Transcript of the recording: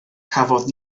cafodd